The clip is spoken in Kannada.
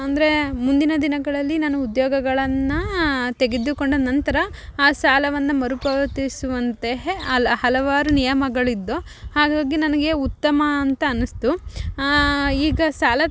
ಅಂದರೆ ಮುಂದಿನ ದಿನಗಳಲ್ಲಿ ನಾನು ಉದ್ಯೋಗಗಳನ್ನು ತೆಗೆದುಕೊಂಡ ನಂತರ ಆ ಸಾಲವನ್ನು ಮರುಪಾವತಿಸುವಂತಹ ಹಲ ಹಲವಾರು ನಿಯಮಗಳಿದ್ದು ಹಾಗಾಗಿ ನನಗೆ ಉತ್ತಮ ಅಂತ ಅನ್ನಿಸ್ತು ಈಗ ಸಾಲ